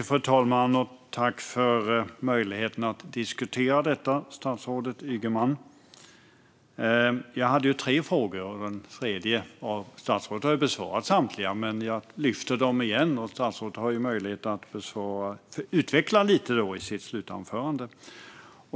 Fru talman! Tack för möjligheten att diskutera detta, statsrådet Ygeman! Jag hade tre frågor. Statsrådet har besvarat samtliga, men jag lyfter upp dem igen. Statsrådet har möjlighet att utveckla sina svar lite i sitt slutanförande.